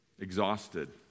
exhausted